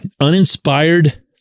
uninspired